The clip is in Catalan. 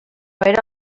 era